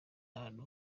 ahantu